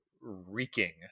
reeking